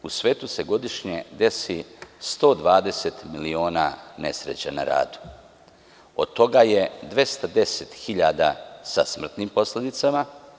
U svetu se godišnje desi 120 miliona nesreća na radu, a od toga je 210.000 sa smrtnim posledicama.